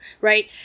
right